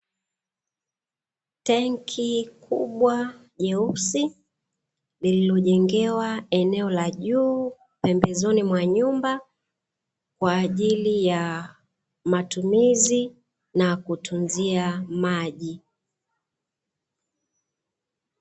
Tenki kubwa jeusi lililo jengewa eneo la juu pembezoni mwa nyumba kwaajili ya matumizi na kutunzia maji.